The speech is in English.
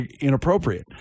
inappropriate